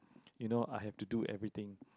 you know I have to do everything